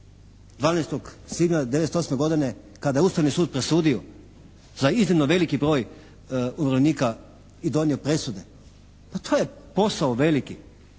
12. svibnja '98. godine kada je Ustavni sud presudio za iznimno veliki broj umirovljenika i donio presude. Pa to je posao veliki.